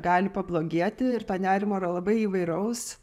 gali pablogėti ir to nerimo yra labai įvairaus